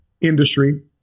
industry